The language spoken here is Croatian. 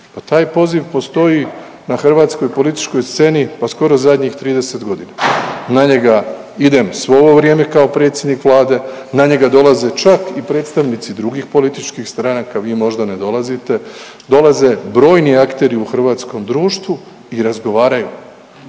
taj poziv postoji na hrvatskoj političkoj sceni pa skoro zadnjih 30 godina. Na njega idem svo ovo vrijeme kao predsjednik Vlade, na njega dolaze čak i predstavnici drugih političkih stranaka, vi možda ne dolazite, dolaze brojni akteri u hrvatskom društvu i razgovaraju,